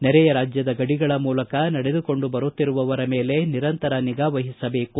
ನೆರೆಯ ರಾಜ್ಯದ ಗಡಿಗಳ ಮೂಲಕ ನಡೆದುಕೊಂಡು ಬರುತ್ತಿರುವವರ ಮೇಲೆ ನಿರಂತರ ನಿಗಾ ವಹಿಸಬೇಕು